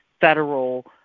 federal